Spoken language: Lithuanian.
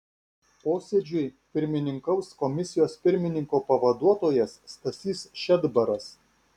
posėdžiui pirmininkaus komisijos pirmininko pavaduotojas stasys šedbaras